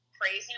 crazy